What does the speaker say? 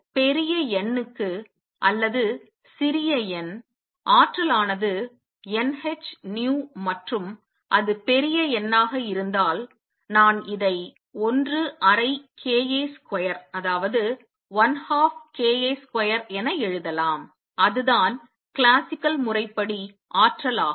இப்போது பெரிய n க்கு அல்லது சிறிய n ஆற்றலானது n h nu மற்றும் அது பெரிய n ஆக இருந்தால் நான் இதை 1 அரை k A ஸ்கொயர் என எழுதலாம் அதுதான் கிளாசிக்கல் முறைப்படி ஆற்றலாகும்